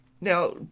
Now